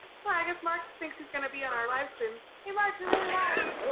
so i guess mark thinks he's going to be on our live stream. hey mark you really